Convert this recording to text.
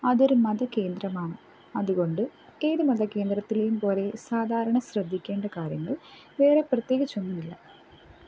അതൊരു മത കേന്ദ്രമാണ് അതുകൊണ്ട് ഏത് മത കേന്ദ്രത്തിലെയും പോലെ സാധാരണ ശ്രദ്ധിക്കേണ്ട കാര്യങ്ങൾ വേറെ പ്രത്യേകിച്ചൊന്നും ഇല്ല